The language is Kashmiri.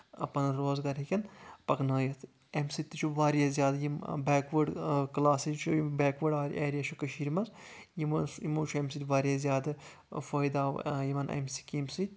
پَنُن روزگار ہیٚکَن پَکنٲیِتھ اَمہِ سۭتۍ تہِ چھُ واریاہ زیادٕ یِم بیکوٲڑ کَلاسٕے چھُ یہِ بیکوٲڑ ایریا چھ کٔشیٖرِ منٛز یِمو یِمَو چھُ اَمہِ سۭتۍ واریاہ زیادٕ فٲیِدٕ آو یِمن اَمہِ سکیٖمہِ سۭتۍ